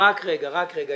רק רגע, רק רגע.